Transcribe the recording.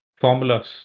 formulas